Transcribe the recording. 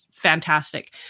fantastic